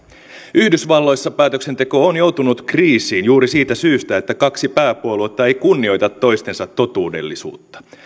yhdysvalloissa päätöksenteko on joutunut kriisiin juuri siitä syystä että kaksi pääpuoluetta ei kunnioita toistensa totuudellisuutta